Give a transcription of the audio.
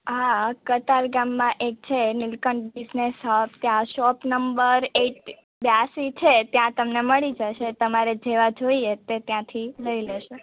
હા કતાર ગામમાં એક છે નીલકંઠ બિજનેસ હબ ત્યાં શોપ નંબર બ્યાંશી છે ત્યાં તમને મળી જશે તમારે જેવા જોઈએ તે ત્યાંથી લઈ લેજો